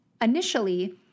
Initially